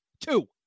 Two